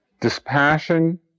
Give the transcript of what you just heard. Dispassion